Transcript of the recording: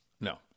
no